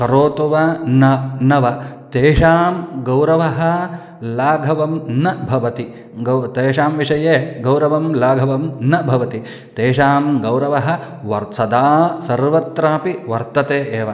करोतु वा न न वा तेषां गौरवः लाघवं न भवति गौरवं तेषां विषये गौरवं लाघवं न भवति तेषां गौरवः वर्तते सदा सर्वत्रापि वर्तते एव